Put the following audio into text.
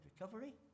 recovery